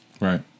Right